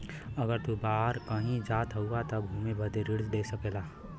अगर तू बाहर कही जात हउआ त घुमे बदे ऋण ले सकेला